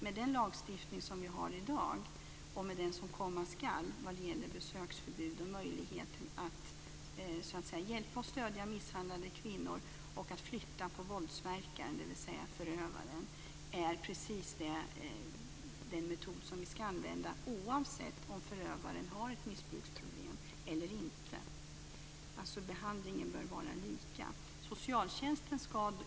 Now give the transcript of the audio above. Med den lagstiftning som vi har i dag, och med den som komma skall om besöksförbud, är den metod som ska användas för att ge möjlighet att hjälpa och stödja misshandlade kvinnor möjlighet att flytta på vårldsverkaren - dvs. förövaren - oavsett om förövaren har ett missbruksproblem eller inte. Behandlingen bör alltså vara lika i de fallen.